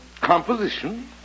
Composition